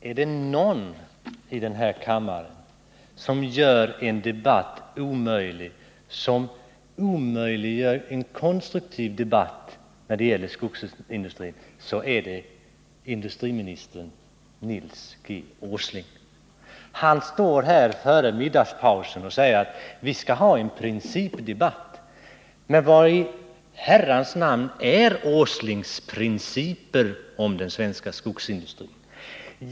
Fru talman! Är det någon i denna kammare som omöjliggör en konstruktiv debatt om skogsindustrin, så är det industriminister Nils G. Åsling. Han stod här före middagspausen och sade att vi skall föra en principdebatt. Men vad i Herrans namn har industriminister Åsling för principer när det gäller den svenska skogsindustrin?